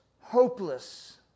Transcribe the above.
hopeless